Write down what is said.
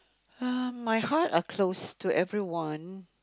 uh my heart are close to everyone